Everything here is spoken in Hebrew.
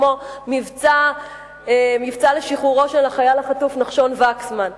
כמו המבצע לשחרורו של החייל החטוף נחשון וקסמן,